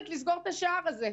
בהקמתה.